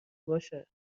باشه